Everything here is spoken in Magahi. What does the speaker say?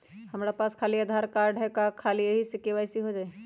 हमरा पास खाली आधार कार्ड है, का ख़ाली यही से के.वाई.सी हो जाइ?